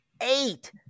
eight